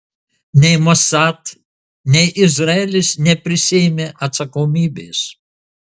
nei mossad nei izraelis neprisiėmė atsakomybės